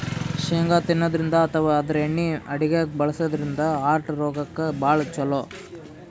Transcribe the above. ಶೇಂಗಾ ತಿನ್ನದ್ರಿನ್ದ ಅಥವಾ ಆದ್ರ ಎಣ್ಣಿ ಅಡಗ್ಯಾಗ್ ಬಳಸದ್ರಿನ್ದ ಹಾರ್ಟ್ ರೋಗಕ್ಕ್ ಭಾಳ್ ಛಲೋ